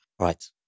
Right